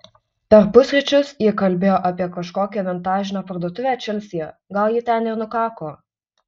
per pusryčius ji kalbėjo apie kažkokią vintažinę parduotuvę čelsyje gali ji ten ir nukako